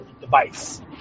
device